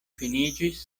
finiĝis